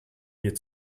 mir